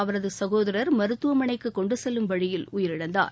அவரது சகோதரர் மருத்துவமனைக்கு கொண்டும் செல்லும் வழியில் உயிரிழந்தார்